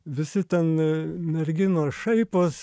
visi ten merginos šaipos